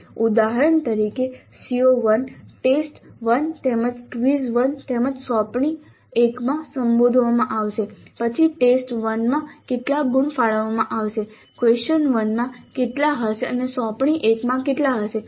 ઉદાહરણ તરીકે CO1 test 1 તેમજ ક્વિઝ 1 તેમજ સોંપણી 1 માં સંબોધવામાં આવશે પછી ટેસ્ટ 1 માં કેટલા ગુણ ફાળવવામાં આવશે Q 1 માં કેટલા હશે અને સોંપણી 1 માં કેટલા હશે